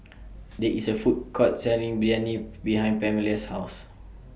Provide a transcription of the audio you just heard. There IS A Food Court Selling Biryani behind Pamelia's House